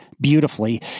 beautifully